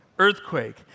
Earthquake